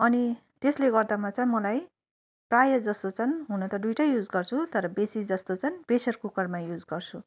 अनि त्यसले गर्दामा चाहिँ मलाई प्रायःजसो चाहिँ हुन त दुईवटै युज गर्छु तर बेसीजस्तो चाहिँ प्रेसर कुकरमा युज गर्छु